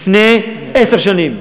לפני עשר שנים,